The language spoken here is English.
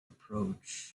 approach